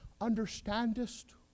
understandest